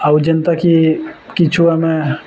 ଆଉ ଯେନ୍ତାକି କିଛୁ ଆମେ